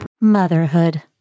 Motherhood